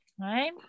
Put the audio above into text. right